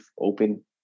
open